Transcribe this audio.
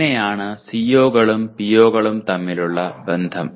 അങ്ങനെയാണ് CO കളും PO കളും തമ്മിലുള്ള ബന്ധം